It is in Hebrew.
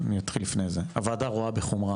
הוועדה רואה בחומרה